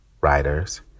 writers